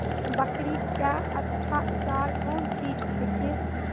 बकरी क्या अच्छा चार कौन चीज छै के?